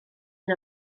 hyn